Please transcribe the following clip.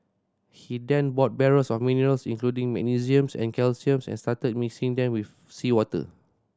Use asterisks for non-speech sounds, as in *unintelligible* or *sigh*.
he then bought barrels of minerals including magnesium *unintelligible* and calcium and started mixing them with seawater